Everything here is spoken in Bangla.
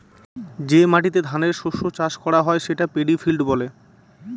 যে মাটিতে ধানের শস্য চাষ করা হয় সেটা পেডি ফিল্ড বলে